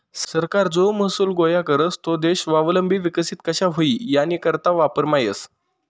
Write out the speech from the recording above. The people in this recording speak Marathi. सरकार जो महसूल गोया करस तो देश स्वावलंबी विकसित कशा व्हई यानीकरता वापरमा येस